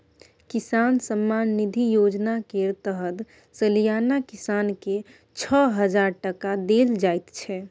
किसान सम्मान निधि योजना केर तहत सलियाना किसान केँ छअ हजार टका देल जाइ छै